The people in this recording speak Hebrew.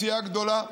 מציאה גדולה.